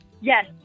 Yes